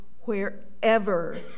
wherever